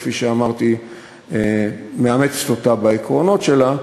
כפי שאמרתי, מאמצת אותה בעקרונות שלה,